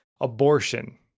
abortion